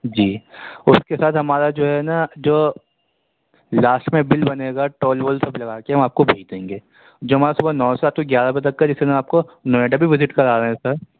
جی اس کے ساتھ ہمارا جو ہے نا جو لاسٹ میں بل بنے گا ٹول وول سب لگا کے ہم آپ کو بھیج دیں گے جو ہمارا صبح نو بجے سے گیارہ بجے تک کا جس میں میں آپ کو نوئیڈا بھی وزٹ کرا رہے ہیں سر